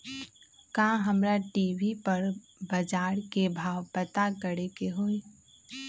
का हमरा टी.वी पर बजार के भाव पता करे के होई?